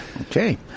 okay